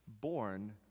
born